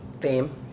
theme